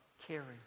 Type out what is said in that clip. caring